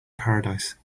paradise